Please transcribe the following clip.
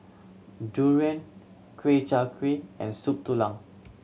durian Ku Chai Kuih and Soup Tulang